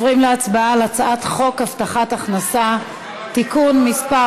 להצבעה על הצעת חוק הבטחת הכנסה (תיקון מס'